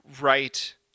right